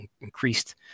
increased